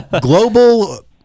global